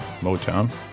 motown